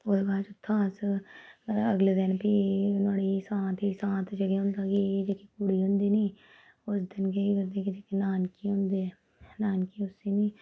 ते ओह्दे बाद च उत्थुआं अस अगले दिन फ्ही नुआढ़ी सांत ही सांत च केह् होंदा कि जेह्की कुड़ी होंदी नी उस दिन केह् करदे कि जेह्के नानकिये होंदे नानकी उसी नी